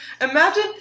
Imagine